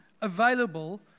available